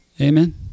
Amen